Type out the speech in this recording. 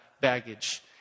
baggage